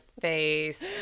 face